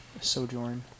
Sojourn